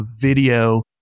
video